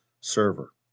server